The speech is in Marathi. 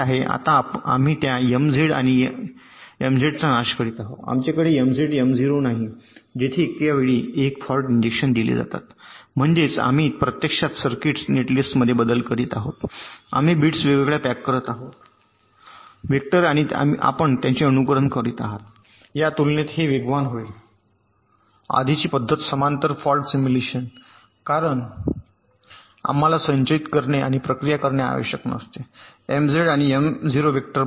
आता आम्ही त्या एमझेड आणि MZ चा नाश करीत आहोत आमच्याकडे एमझेड M0 नाही जेथे एकावेळी 1 फॉल्ट इंजेक्शन दिले जातात म्हणजेच आम्ही प्रत्यक्षात सर्किट्स नेटलिस्टमध्ये बदल करीत आहोत आम्ही बिट्स वेगवेगळ्या पॅक करत आहोत वेक्टर आणि आपण त्यांचे अनुकरण करीत आहात या तुलनेत हे वेगवान होईल आधीची पद्धत समांतर फॉल्ट सिम्युलेशन कारण आम्हाला संचयित करणे आणि प्रक्रिया करणे आवश्यक नसते एमझेड आणि M0 वेक्टर बरोबर